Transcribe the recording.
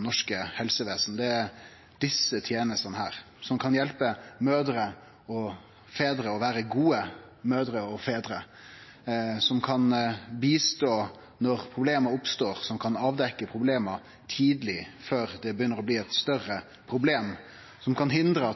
norske helsevesenet. Det er desse tenestene som kan hjelpe mødrer og fedrar til å vere gode mødrer og fedrar, som kan hjelpe når problema oppstår, som kan avdekkje problema tidleg før det begynner å bli eit større problem, som kan hindre